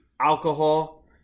alcohol